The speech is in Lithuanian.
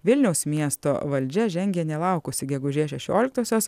vilniaus miesto valdžia žengė nelaukusi gegužės šešioliktosios